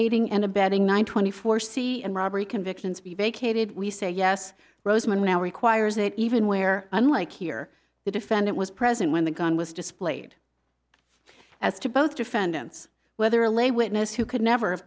aiding and abetting nine twenty four c and robbery convictions be vacated we say yes roseman now requires that even where unlike here the defendant was present when the gun was displayed as to both defendants whether a lay witness who could never